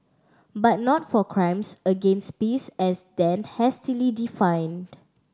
but not for crimes against peace as then hastily defined